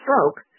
stroke